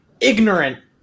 ignorant